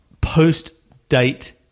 post-date